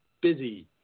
busy